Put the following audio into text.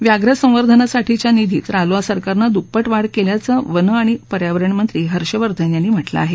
व्याघ्रसंवर्धनासाठीच्या निधीत रालोआ सरकारनं दुप्प वाढ केल्याचं वनं आणि पर्यावरण मंत्री हर्षवर्धन यांनी म्हालं आहे